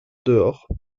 dehors